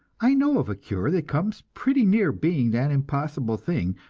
i know of a cure that comes pretty near being that impossible thing,